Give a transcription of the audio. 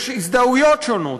יש הזדהויות שונות,